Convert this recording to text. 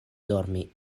dormi